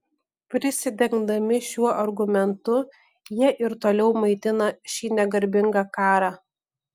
prisidengdami šiuo argumentu jie ir toliau maitina šį negarbingą karą